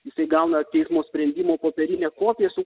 jisai gauna teismo sprendimo popierinę kopiją su